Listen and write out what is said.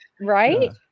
Right